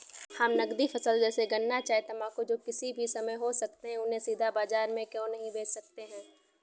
हम नगदी फसल जैसे गन्ना चाय तंबाकू जो किसी भी समय में हो सकते हैं उन्हें सीधा बाजार में क्यो नहीं बेच सकते हैं?